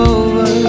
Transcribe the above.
over